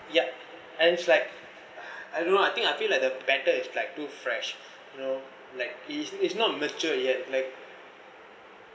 yup and it's like I don't know I think I feel like the batter is like too fresh you know like is is not matured yet like